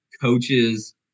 coaches